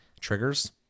triggers